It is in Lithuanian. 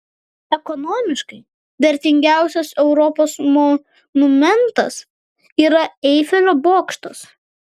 ekonomiškai vertingiausias europos monumentas yra eifelio bokštas